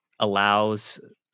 Allows